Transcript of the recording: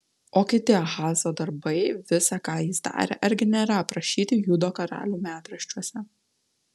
o kiti ahazo darbai visa ką jis darė argi nėra aprašyti judo karalių metraščiuose